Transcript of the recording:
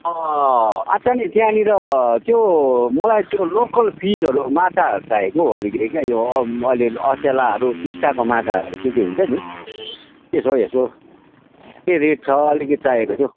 अँ अच्छा नि त्यहाँनिर त्यो मलाई त्यो लोकल फिसहरू माछा चाहिएको अलिकति क्या यो अलिअलि असलाहरू टिस्टाको माछाहरू के के हुन्छ नि के छ हौ यसो के रेट छ अलिकति चाहिएको थियो हौ